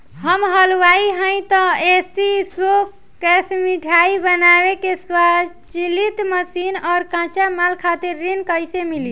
हम हलुवाई हईं त ए.सी शो कैशमिठाई बनावे के स्वचालित मशीन और कच्चा माल खातिर ऋण कइसे मिली?